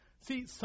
See